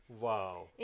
Wow